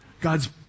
God's